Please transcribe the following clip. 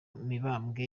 mibambwe